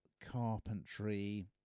carpentry